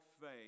faith